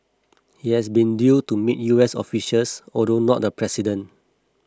he has been due to meet U S officials although not the president